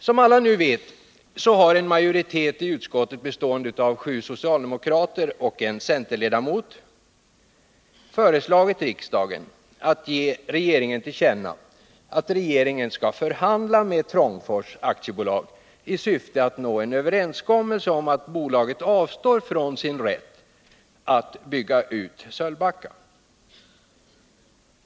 Som alla vet har en majoritet i utskottet, bestående av sju socialdemokrater och en centerpartist, föreslagit riksdagen att ge regeringen till känna att regeringen skall förhandla med Trångfors AB i syfte att nå en överenskommelse om att bolaget avstår från sin rätt att bygga ut Sölvbacka.